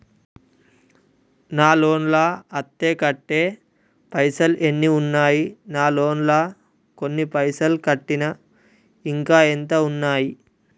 నా లోన్ లా అత్తే కట్టే పైసల్ ఎన్ని ఉన్నాయి నా లోన్ లా కొన్ని పైసల్ కట్టిన ఇంకా ఎంత ఉన్నాయి?